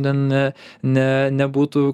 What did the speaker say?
ne ne ne nebūtų